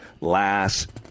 last